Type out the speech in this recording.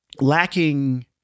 lacking –